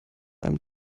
einem